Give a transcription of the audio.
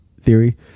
theory